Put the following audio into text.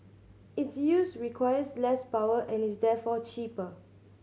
its use requires less power and is therefore cheaper